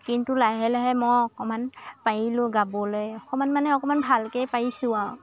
কিন্তু লাহে লাহে মই অকণমান পাৰিলোঁ গাবলৈ অকণমান মানে অকণমান ভালকৈ পাৰিছোঁ আৰু